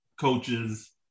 coaches